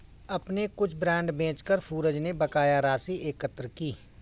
अपने कुछ बांड बेचकर सूरज ने बकाया राशि एकत्र की